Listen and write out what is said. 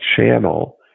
channel